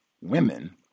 women